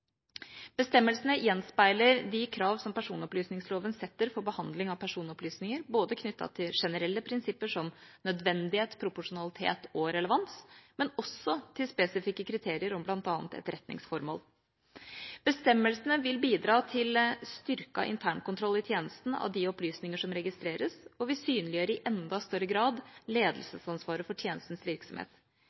Bestemmelsene gjenspeiler de krav som personopplysningsloven setter for behandling av personopplysninger, knyttet til både generelle prinsipper som nødvendighet, proporsjonalitet og relevans og spesifikke kriterier om bl.a. etterretningsformål. Bestemmelsene vil bidra til styrket internkontroll i tjenesten av de opplysninger som registreres, og de vil synliggjøre i enda større grad ledelsesansvaret for tjenestens virksomhet.